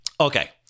Okay